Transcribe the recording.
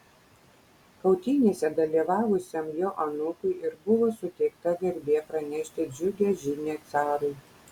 kautynėse dalyvavusiam jo anūkui ir buvo suteikta garbė pranešti džiugią žinią carui